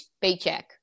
paycheck